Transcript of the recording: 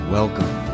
Welcome